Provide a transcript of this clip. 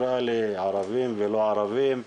ערבים ולא ערבים,